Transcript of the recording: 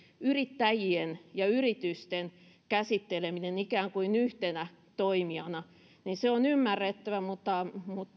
yrittäjien ja yritysten käsitteleminen ikään kuin yhtenä toimijana on ymmärrettävää mutta